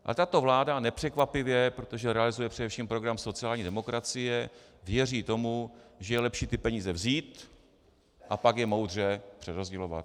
A tato vláda nepřekvapivě, protože realizuje především program sociální demokracie, věří tomu, že je lepší ty peníze vzít a pak je moudře přerozdělovat.